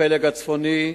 הפלג הצפוני.